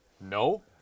No